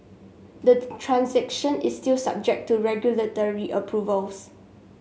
the transaction is still subject to regulatory approvals